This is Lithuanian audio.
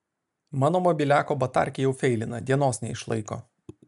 mano mobiliako batarkė jau feilina dienos neišlaiko